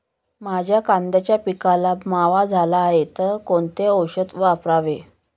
माझ्या कांद्याच्या पिकाला मावा झाला आहे तर कोणते औषध वापरावे?